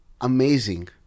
amazing